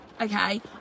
Okay